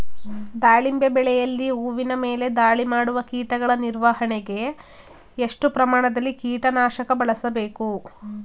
ದಾಳಿಂಬೆ ಬೆಳೆಯಲ್ಲಿ ಹೂವಿನ ಮೇಲೆ ದಾಳಿ ಮಾಡುವ ಕೀಟಗಳ ನಿರ್ವಹಣೆಗೆ, ಎಷ್ಟು ಪ್ರಮಾಣದಲ್ಲಿ ಕೀಟ ನಾಶಕ ಬಳಸಬೇಕು?